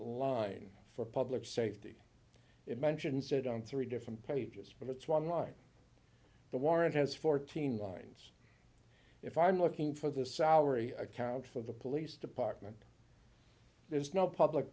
line for public safety it mentions it on three different pages but it's one line the warrant has fourteen lines if i'm looking for the salary account for the police department there's no public